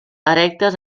erectes